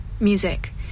Music